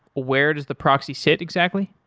where does the proxy sit exactly?